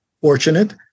fortunate